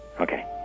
Okay